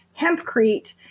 hempcrete